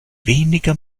weniger